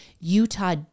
Utah